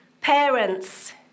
Parents